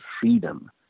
freedom